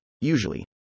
Usually